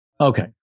Okay